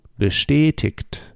bestätigt